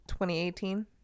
2018